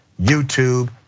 YouTube